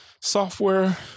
software